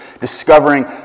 discovering